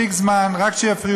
אתה?